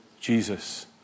Jesus